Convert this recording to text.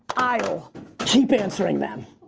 i'll keep answering them.